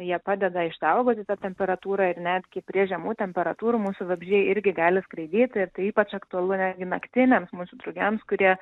jie padeda išsaugoti tą temperatūrą ir netgi prie žemų temperatūrų mūsų vabzdžiai irgi gali skraidyti ir tai ypač aktualu netgi naktiniams mūsų drugiams kurie